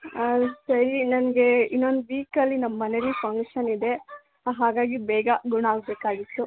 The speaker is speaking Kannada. ಸರಿ ನನಗೆ ಇನ್ನೊಂದು ವೀಕಲ್ಲಿ ನಮ್ಮ ಮನೆಯಲ್ಲಿ ಫಂಕ್ಷನ್ ಇದೆ ಹಾಗಾಗಿ ಬೇಗ ಗುಣ ಆಗಬೇಕಾಗಿತ್ತು